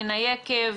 מן היקב.